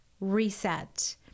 reset